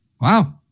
wow